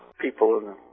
people